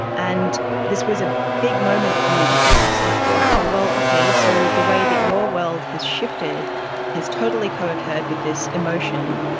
and this was a big moment for me because i was like, wow, okay, so the way that your world has shifted has totally co-occurred with this emotion,